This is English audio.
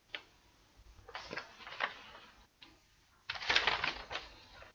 ya